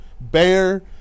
Bear